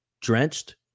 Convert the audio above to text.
drenched